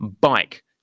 Bike